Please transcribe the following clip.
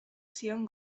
zion